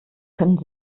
können